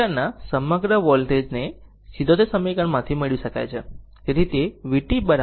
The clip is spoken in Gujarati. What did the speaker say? ઇન્ડક્ટર ના સમગ્ર વોલ્ટેજ ને 6 77 સમીકરણમાંથી મેળવી શકાય છે